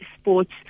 sports